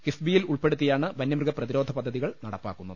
കിഫ്ബിയിൽ ഉൾപ്പെടുത്തിയാണ് വന്യമൃഗ പ്രതിരോധ പദ്ധതികൾ നടപ്പാക്കുന്നത്